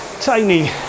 tiny